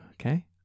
Okay